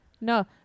No